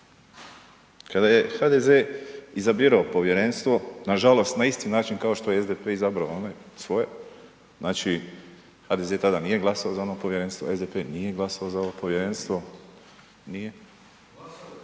Kada je HDZ izabirao povjerenstvo, na žalost na isti način kao što je SDP izabrao onaj svoj, znači HDZ tada nije glasovao za ono povjerenstvo, SDP nije glasovao za ovo povjerenstvo, nije